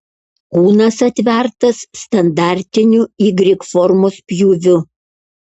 kūnas atvertas standartiniu y formos pjūviu